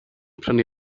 prynu